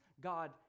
God